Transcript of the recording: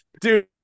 Dude